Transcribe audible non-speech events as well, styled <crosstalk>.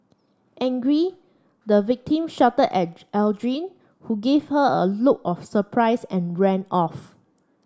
angry the victim shouted at <unintelligible> Aldrin who gave her a look of surprise and ran off